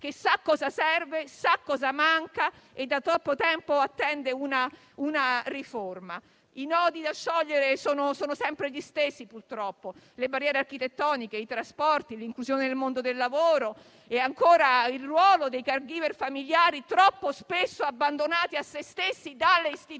che cosa serve, sa che cosa manca e da troppo tempo attende una riforma. I nodi da sciogliere sono sempre gli stessi purtroppo: le barriere architettoniche, i trasporti, l'inclusione nel mondo del lavoro e, ancora, il ruolo dei *caregiver* familiari, troppo spesso abbandonati a loro stessi dalle istituzioni,